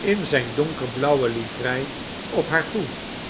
in zijn donkerblauwe livrei op haar toe